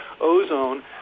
ozone